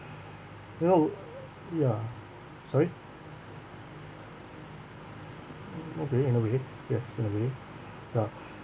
you know ya sorry okay okay yes certainly ya